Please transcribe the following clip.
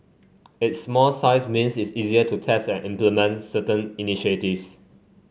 its small size means it's easier to test and implement certain initiatives